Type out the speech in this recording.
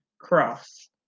cross